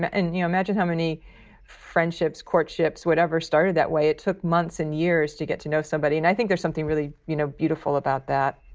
ah and imagine how many friendships, courtships, whatever started that way it took months and years to get to know somebody and i think there's something really you know beautiful about that.